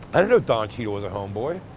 i didn't know don cheadle was a homeboy.